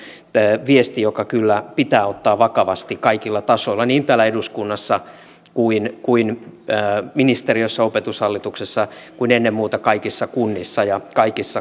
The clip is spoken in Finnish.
tämä on viesti joka kyllä pitää ottaa vakavasti kaikilla tasoilla niin täällä eduskunnassa ministeriössä opetushallituksessa kuin ennen muuta kaikissa kunnissa ja kaikissa kouluissa